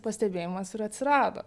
pastebėjimas ir atsirado